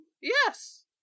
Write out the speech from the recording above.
Yes